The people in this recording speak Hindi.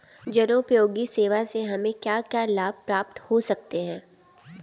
जनोपयोगी सेवा से हमें क्या क्या लाभ प्राप्त हो सकते हैं?